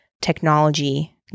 technology